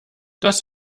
das